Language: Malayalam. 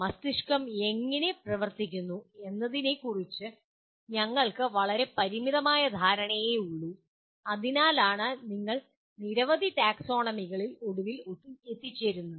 മസ്തിഷ്കം എങ്ങനെ പ്രവർത്തിക്കുന്നു എന്നതിനെക്കുറിച്ച് ഞങ്ങൾക്ക് വളരെ പരിമിതമായ ധാരണയേ ഉള്ളൂ അതിനാലാണ് നിങ്ങൾ നിരവധി ടാക്സോണമികളിൽ ഒടുവിൽ എത്തിച്ചേരുന്നത്